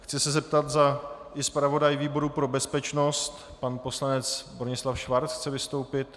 Chci se zeptat, zda i zpravodaj výboru pro bezpečnost pan poslanec Bronislav Schwarz chce vystoupit?